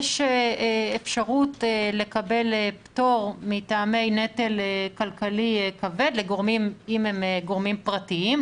יש אפשרות לקבל פטור מטעמי נטל כלכלי כבד לגורמים פרטיים,